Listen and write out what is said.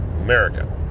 America